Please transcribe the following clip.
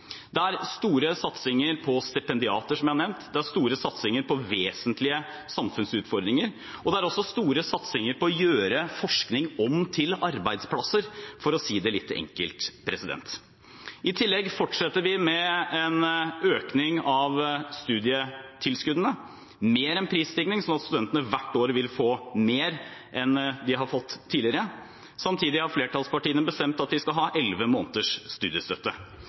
Det er store satsinger på stipendiater, som jeg har nevnt, det er store satsinger på vesentlige samfunnsutfordringer, og det er også store satsinger på å gjøre forskning om til arbeidsplasser, for å si det litt enkelt. I tillegg fortsetter vi med en økning av studietilskuddene, mer enn prisstigningen slik at studentene hvert år vil få mer enn de har fått tidligere. Samtidig har flertallspartiene bestemt at de skal ha 11 måneders studiestøtte.